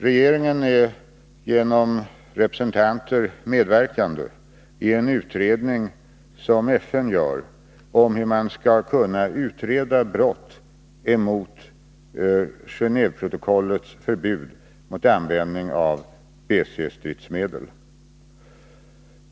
Regeringen är genom representanter medverkan de i en utredning som FN gör om brott mot Genéveprotokollets förbud mot användning av BC-stridsmedel.